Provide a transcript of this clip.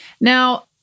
Now